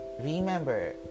remember